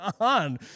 on